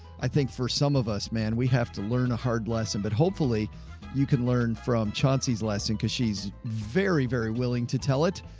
i think for some of us, man, we have to learn a hard lesson, but hopefully you can learn from chauncey's lesson cause she's very, very willing to tell it.